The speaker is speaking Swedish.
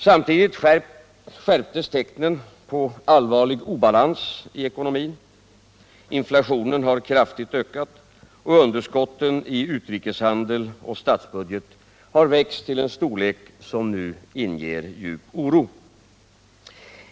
Samtidigt skärptes tecknen på allvarlig obalans i ekonomin: inflationen har kraftigt ökat och underskotten i utrikeshandel och statsbudget har växt till en storlek, som nu inger djup oro.